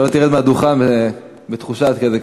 שלא תרד מהדוכן בתחושה עד כדי כך.